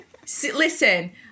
Listen